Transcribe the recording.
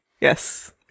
Yes